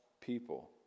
people